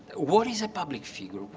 what is a public figure?